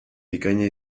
bikaina